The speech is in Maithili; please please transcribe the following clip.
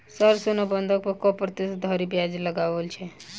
सर सोना बंधक पर कऽ प्रतिशत धरि ब्याज लगाओल छैय?